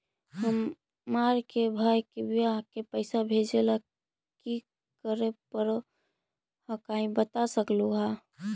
हमार के बह्र के बियाह के पैसा भेजे ला की करे परो हकाई बता सकलुहा?